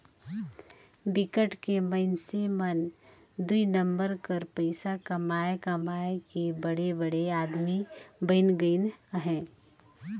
बिकट के मइनसे मन दुई नंबर कर पइसा कमाए कमाए के बड़े बड़े आदमी बइन गइन अहें